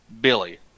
Billy